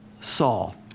Saul